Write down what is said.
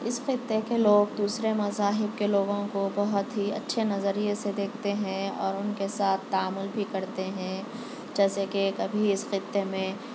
اِس خطّے کے لوگ دوسرے مذاہب کے لوگوں کو بہت ہی اچھے نظریے سے دیکھتے ہیں اور ان کے ساتھ تعامل بھی کرتے ہیں جیسے کہ کبھی اس خطے میں